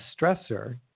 stressor